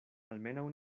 almenaŭ